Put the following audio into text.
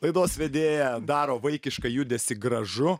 laidos vedėja daro vaikišką judesį gražu